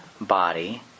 body